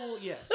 Yes